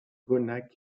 bonnac